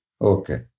Okay